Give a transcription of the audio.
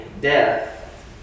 death